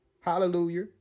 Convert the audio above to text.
Hallelujah